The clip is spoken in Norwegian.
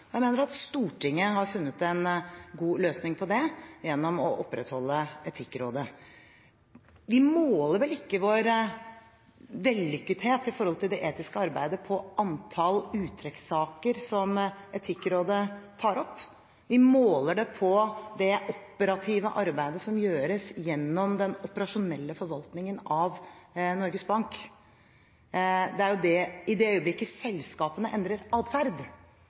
og jeg mener at Stortinget har funnet en god løsning på det gjennom å opprettholde Etikkrådet. Vi måler vel ikke vår vellykkethet opp mot det etiske arbeidet på antall uttrekkssaker som Etikkrådet tar opp, vi måler det på det operative arbeidet som gjøres gjennom den operasjonelle forvaltningen av Norges Bank. Det er i det øyeblikket selskapene endrer